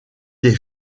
des